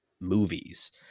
movies